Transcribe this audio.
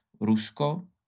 Rusko